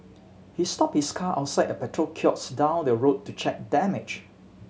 he stop his car outside a petrol kiosk down the road to check damage